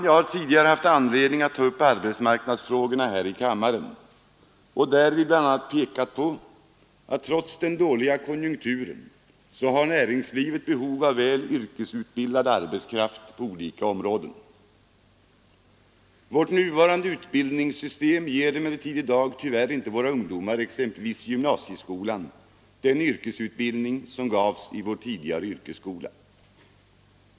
Jag har tidigare haft anledning att ta upp arbetsmarknadsfrågorna här i kammaren och därvid bl.a. pekat på att näringslivet — trots den dåliga konjunkturen — har behov av väl yrkesutbildad arbetskraft på olika områden. Vårt nuvarande utbildningssystem ger emellertid i dag tyvärr inte våra ungdomar exempelvis i gymnasieskolan en sådan yrkesutbildning som gavs i den tidigare yrkesskolan.